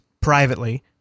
privately